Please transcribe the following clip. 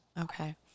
Okay